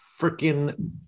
freaking